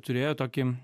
turėjo tokį